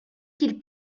qu’il